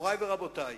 מורי ורבותי,